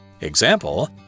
Example